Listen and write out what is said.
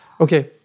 okay